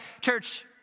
church